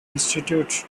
institute